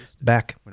Back